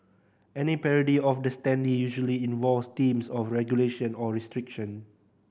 any parody of the standee usually involves themes of regulation or restriction